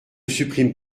supprime